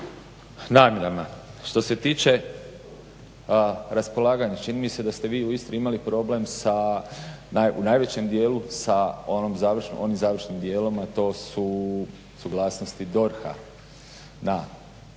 namjerama. Što se tiče raspolaganja, čini mi se da ste vi u Istri imali problem, u najvećem djelu sa onim završnim dijelom a to su suglasnosti DORH-a.